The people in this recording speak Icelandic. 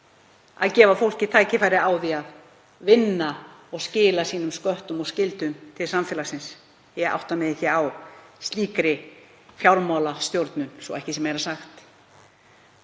að gefa fólki tækifæri á því að vinna og skila sínum sköttum og skyldum til samfélagsins. Ég átta mig ekki á slíkri fjármálastjórnun, svo ekki sé meira sagt.